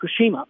Fukushima